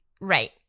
right